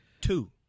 Two